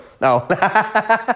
No